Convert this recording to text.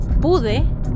pude